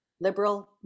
liberal